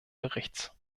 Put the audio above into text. berichts